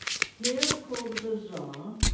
here called the bazaar.